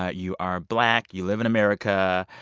ah you are black. you live in america.